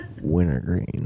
Wintergreen